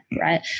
right